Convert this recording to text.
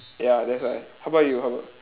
ya that's why how about you how about